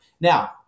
Now